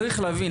צריך להבין,